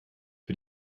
für